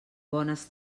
bones